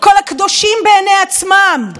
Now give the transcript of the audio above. כל הקדושים בעיני עצמם.